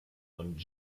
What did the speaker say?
und